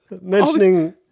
mentioning